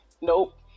nope